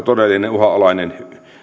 todellinen uhanalainen